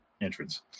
entrance